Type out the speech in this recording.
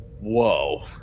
whoa